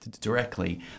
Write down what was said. directly